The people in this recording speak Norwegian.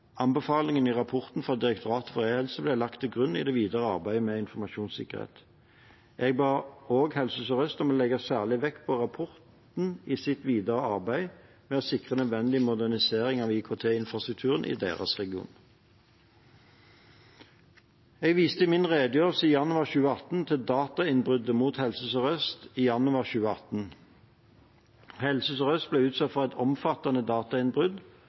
anbefalingene i rapporten fra Direktoratet for e-helse ble lagt til grunn i det videre arbeidet med informasjonssikkerhet. Jeg ba også Helse Sør-Øst om å legge særlig vekt på rapporten i sitt videre arbeid med å sikre nødvendig modernisering av IKT-infrastrukturen i sin region. Jeg viste i min redegjørelse i januar 2018 til datainnbruddet mot Helse Sør-Øst i januar 2018. Helse Sør-Øst ble utsatt for et omfattende datainnbrudd